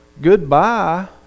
Goodbye